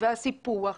הסיפוח,